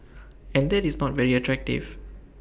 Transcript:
and that is not very attractive